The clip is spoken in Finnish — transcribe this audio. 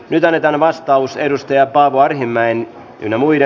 nyt annetaan vastaus edustaja paavo arhinmäen ynnä muuta